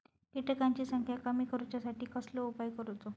किटकांची संख्या कमी करुच्यासाठी कसलो उपाय करूचो?